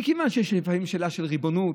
מכיוון שיש לפעמים שאלה של ריבונות,